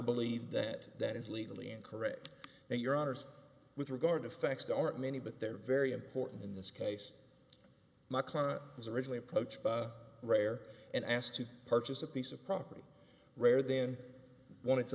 believe that that is legally incorrect and your honour's with regard to facts that aren't many but they're very important in this case my client was originally approached by rare and asked to purchase a piece of property rare then wanted